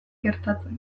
gertatzen